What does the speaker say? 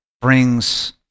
brings